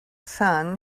sun